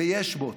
ויש בוץ,